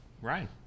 Ryan